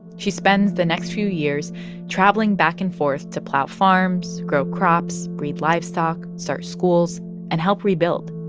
she spends the next few years traveling back and forth to plow farms, grow crops, breed livestock, start schools and help rebuild.